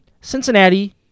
Cincinnati